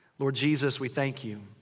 lord jesus, we thank you.